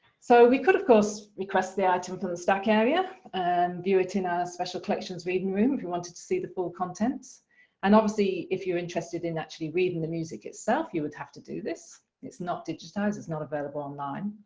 so we could of course request the item from the stack area and view it in our special collections reading room, if we wanted to see the full contents and obviously if you're interested in actually reading the music itself you would have to do this. it's not digitized, it's not available online,